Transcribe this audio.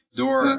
door